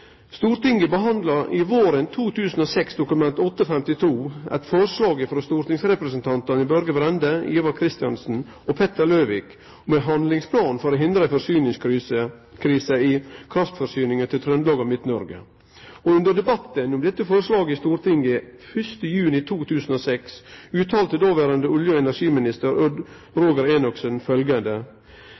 Stortinget behandla våren 2006 Dokument nr. 8:52 for 2005–2006, eit forslag frå stortingsrepresentantane Børge Brende, Ivar Kristiansen og Petter Løvik om ein handlingsplan for å hindre forsyningskrise i kraftforsyninga til Trøndelag og Midt-Noreg. Under debatten om dette forslaget i Stortinget 1. juni 2006 uttalte dåverande olje- og energiminister Odd Roger Enoksen